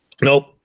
Nope